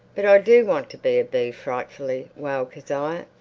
but i do want to be a bee frightfully, wailed kezia.